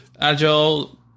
agile